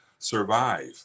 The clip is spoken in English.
survive